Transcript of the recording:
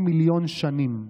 38 מיליון שנים.